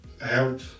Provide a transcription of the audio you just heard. help